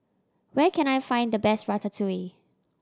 where can I find the best Ratatouille